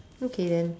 okay then